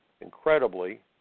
incredibly